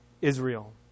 Israel